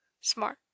smart